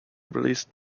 released